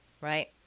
Right